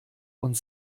und